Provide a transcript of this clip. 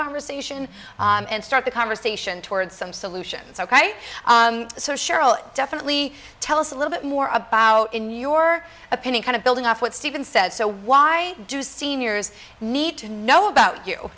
conversation and start the conversation toward some solutions ok so cheryl definitely tell us a little bit more about in your opinion kind of building off what stephen said so why do seniors need to know about you